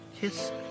Kiss